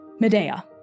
Medea